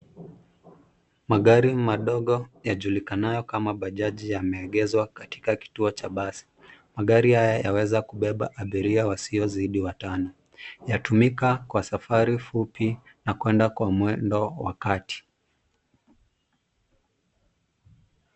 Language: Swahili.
Magari madogo yajulikanayo kama bajaji yameegeshwa katika kituo cha basi. Magari haya yanaweza kubeba abiria wasiozidi watano. Yatumika kwa safari fupi na kwenda kwa mwendo wa kati